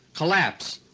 collapse,